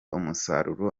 umusaruro